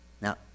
Now